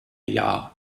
jahr